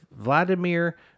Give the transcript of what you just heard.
Vladimir